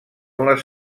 les